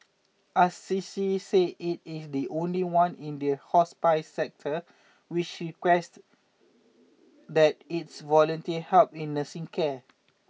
Assisi says it is the only one in the hospice sector which requests that its volunteer help in nursing care